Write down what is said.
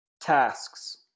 tasks